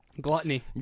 Gluttony